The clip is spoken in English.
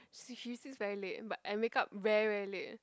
she she sleeps very late but and wake up very very late eh